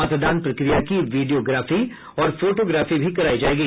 मतदान प्रक्रिया की वीडियोग्राफी और फोटोग्राफी भी करायी जायेगी